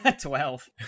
Twelve